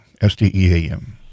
S-T-E-A-M